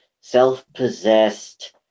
self-possessed